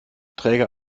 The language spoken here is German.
träger